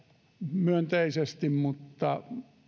myönteisesti mutta